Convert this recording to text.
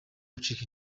gucika